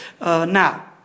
Now